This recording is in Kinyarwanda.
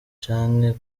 canke